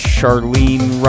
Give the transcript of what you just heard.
Charlene